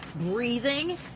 breathing